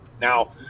Now